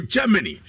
Germany